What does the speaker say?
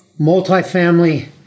multifamily